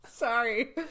Sorry